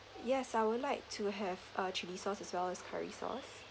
yes I would like to have a chilli sauce as well as curry sauce